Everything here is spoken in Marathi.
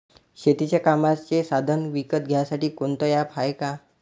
शेतीच्या कामाचे साधनं विकत घ्यासाठी कोनतं ॲप हाये का?